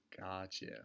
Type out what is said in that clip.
Gotcha